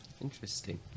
Interesting